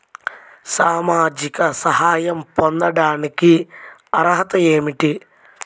సామాజిక సహాయం పొందటానికి అర్హత ఏమిటి?